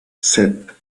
sept